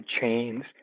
chains